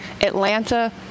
Atlanta